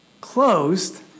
Closed